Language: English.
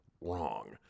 wrong